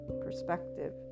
perspective